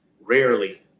rarely